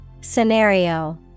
Scenario